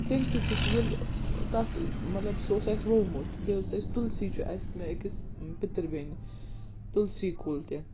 تَمہِ سۭتۍ تہِ چھُ ییٚلہِ تَتھ مطلب سُہ اوس اَسہِ ووٚومُت بیٚیہِ اوس اَسہِ تُلسی چھُ اَسہِ مےٚ أکِس پِتٕر بیٚنہِ تُلسی کُل تہِ